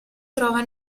trova